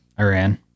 iran